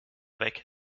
weg